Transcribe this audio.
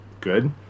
good